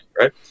right